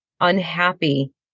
unhappy